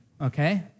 okay